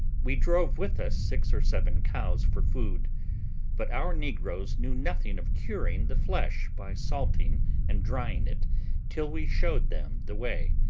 we drove with us six or seven cows for food but our negroes knew nothing of curing the flesh by salting and drying it till we showed them the way,